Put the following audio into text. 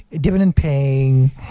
dividend-paying